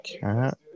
cat